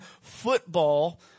football